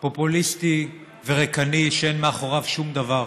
פופוליסטי וריקני שאין מאחוריו שום דבר.